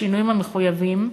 בשינויים המחויבים,